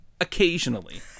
Occasionally